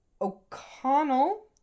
O'Connell